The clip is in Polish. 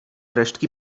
resztki